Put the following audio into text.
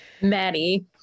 Maddie